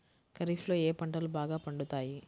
ఖరీఫ్లో ఏ పంటలు బాగా పండుతాయి?